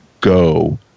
go